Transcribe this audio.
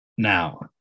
now